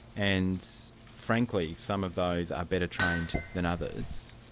and frankly, some of those are better trained than others,